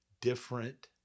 different